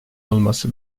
olması